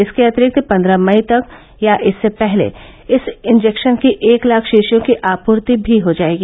इसके अतिरिक्त पन्द्रह मई तक या इससे पहले इस इंजेक्शन की एक लाख शीशियों की आपूर्ति भी हो जाएगी